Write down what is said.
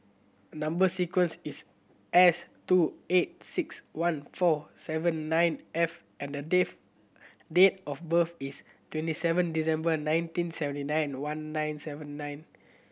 number sequence is S two eight six one four seven nine F and the date of birth is twenty seven December nineteen seventy nine one nine seven nine